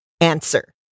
answer